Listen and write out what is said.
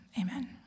Amen